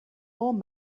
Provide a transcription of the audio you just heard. lawn